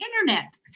Internet